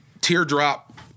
teardrop